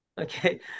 Okay